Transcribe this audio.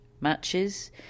matches